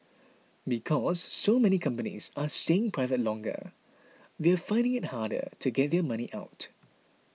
because so many companies are staying private longer they're finding it harder to get their money out